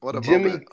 Jimmy